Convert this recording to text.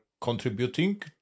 contributing